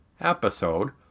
episode